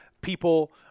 people